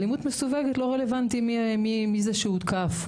האלימות מסווגת ולא רלוונטי מי זה שהותקף,